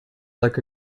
like